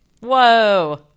Whoa